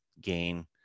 gain